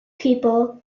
people